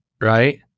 right